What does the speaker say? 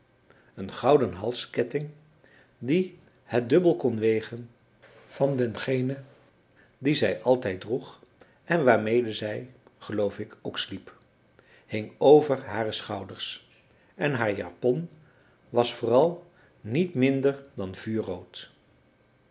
een gouden halsketting die het dubbel kon wegen van dengenen dien zij altijd droeg en waarmede zij geloof ik ook sliep hing over hare schouders en haar japon was vooral niet minder dan vuurrood